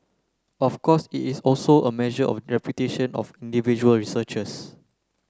of course it is also a measure of reputation of individual researchers